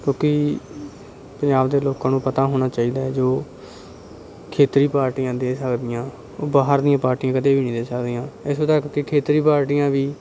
ਕਿਉਂਕਿ ਪੰਜਾਬ ਦੇ ਲੋਕਾਂ ਨੂੰ ਪਤਾ ਹੋਣਾ ਚਾਹੀਦਾ ਹੈ ਜੋ ਖੇਤਰੀ ਪਾਰਟੀਆਂ ਦੇ ਸਕਦੀਆਂ ਉਹ ਬਾਹਰ ਦੀਆਂ ਪਾਰਟੀਆਂ ਕਦੇ ਵੀ ਨਹੀਂ ਦੇ ਸਕਦੀਆਂ ਇੱਥੋਂ ਤੱਕ ਕੇ ਖੇਤਰੀ ਪਾਰਟੀਆਂ ਵੀ